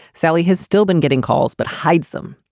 sally has still been getting calls, but hides them.